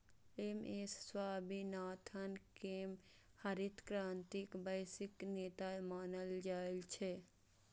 M S Swaminathan कें हरित क्रांतिक वैश्विक नेता मानल जाइ छै